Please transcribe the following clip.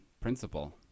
principle